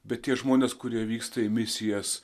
bet tie žmonės kurie vyksta į misijas